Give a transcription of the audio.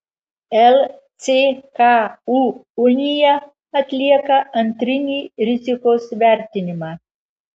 lcku unija atlieka antrinį rizikos vertinimą